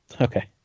Okay